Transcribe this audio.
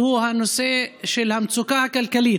והוא הנושא של המצוקה הכלכלית,